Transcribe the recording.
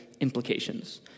implications